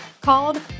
called